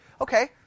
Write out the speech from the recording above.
Okay